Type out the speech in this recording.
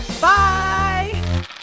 Bye